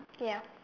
ya